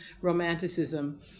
Romanticism